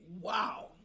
Wow